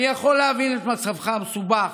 אני יכול להבין את מצבך המסובך,